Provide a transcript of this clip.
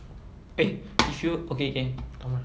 eh if you okay can